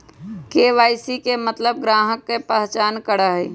KYC के मतलब ग्राहक का पहचान करहई?